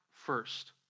First